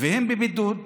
והם בבידוד,